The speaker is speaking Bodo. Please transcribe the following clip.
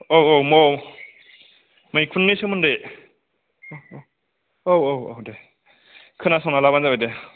औ औ मौ मैखुननि सोमोन्दै औ औ औ दे खोनासंनानै लाबानो जाबाय दे